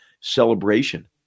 celebration